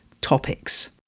topics